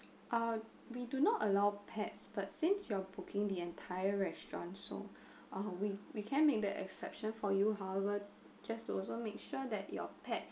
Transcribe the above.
uh we do not allow pets but since you're booking the entire restaurant so uh we we can make the exception for you however just to also make sure that your pet